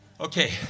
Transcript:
Okay